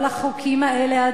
כל החוקים האלה,